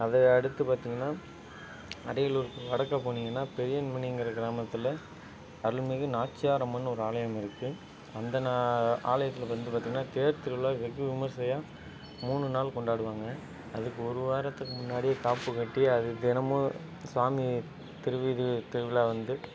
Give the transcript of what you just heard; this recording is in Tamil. அதை அடுத்து பார்த்தீங்கனா அரியலூர்க்கு வடக்க போனிங்கன்னா பெரியமுனிங்கிற கிராமத்தில் அருள்மிகு நாச்சியார் அம்மன்னு ஒரு ஆலயம் இருக்கு அந்த நான் ஆலயத்தில் வந்து பார்த்திங்கன்னா தேர்த்திருவிழா வெகு விமர்சையாக மூணு நாள் கொண்டாடுவாங்க அதுக்கு ஒரு வாரத்துக்கு முன்னாடியே காப்புக் கட்டி அது தினமும் சாமி திருவீதி திருவிழா வந்து